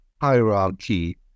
hierarchy